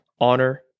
honor